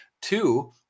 Two